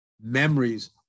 Memories